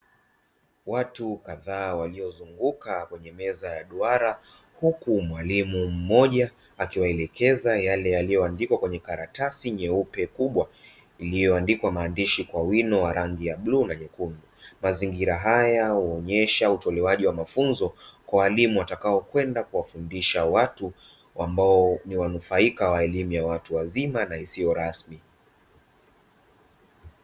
Watu kadhaa waliozunguka kwenye meza ya duara huku mwalimu mmoja akiwaelekeza yale yaliyoandikwa kwenye karatasi nyeupe kubwa iliyo andikwa maandishi kwa wino wa rangi ya bluu na nyekundu. Mazingira haya huonyesha utolewaji wa mafunzo kwa walimu watakao kwenda kuwafundisha watu ambao ni wanufaika wa elimu ya watu wazima na isiyo rasmi.